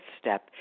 step